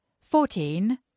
Fourteen